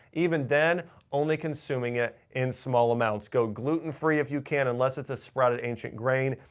even then only consuming it in small amounts. go gluten free if you can, unless it's a sprouted ancient grain.